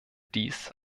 dies